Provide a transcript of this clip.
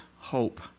hope